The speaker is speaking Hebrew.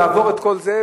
לעבור את כל זה,